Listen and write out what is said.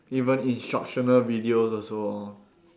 even instructional videos also orh